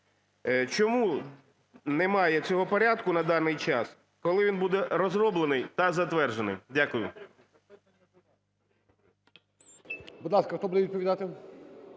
чому немає цього порядку на даний час, коли він буде розроблений та затверджений? Дякую.